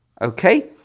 okay